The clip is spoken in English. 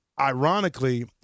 ironically